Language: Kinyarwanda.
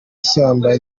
ishyamba